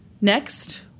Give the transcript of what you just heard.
Next